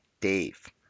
Dave